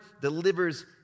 delivers